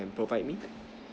provide me